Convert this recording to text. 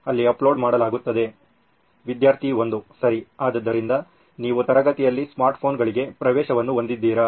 ವಿದ್ಯಾರ್ಥಿ 1 ಸರಿ ಆದ್ದರಿಂದ ನೀವು ತರಗತಿಯಲ್ಲಿ ಸ್ಮಾರ್ಟ್ ಫೋನ್ಗಳಿಗೆ ಪ್ರವೇಶವನ್ನು ಹೊಂದಿದ್ದೀರಾ